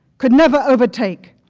could never overtake,